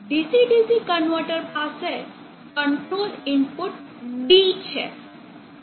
DC DC converter પાસે control input d છે